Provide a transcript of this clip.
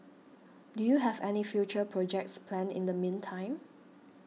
do you have any future projects planned in the meantime